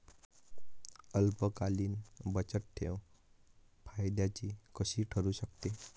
अल्पकालीन बचतठेव फायद्याची कशी ठरु शकते?